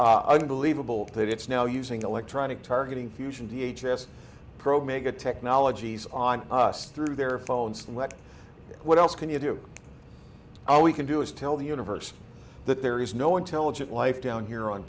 unbelievable that it's now using electronic targeting fusion t h s pro mega technologies on us through their phones and what what else can you do all we can do is tell the universe that there is no intelligent life down here on